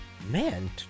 man